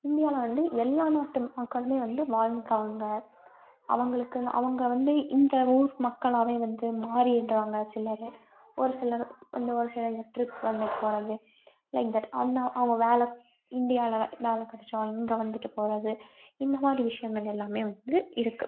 இந்தியாவில் வந்து எல்லா நாட்டு மக்களும் வந்து வாழ்கிறாங்க அவங்களுக்கு அவங்க வந்து இந்த ஊர் மக்களாகவே வந்து மாறிடுறாங்க சிலர் ஒரு சிலர் வந்து ஒரு சில இந்த ட்ரிப் வந்து போகிறது லைக் தட் அந்த அவங்க வேலை இந்தியாவில் வேலை கிடச்சா இங்கே வந்துட்டு போகிறது இந்த மாதிரி விஷயங்கள் எல்லாம் வந்து இருக்குது